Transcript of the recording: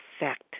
effect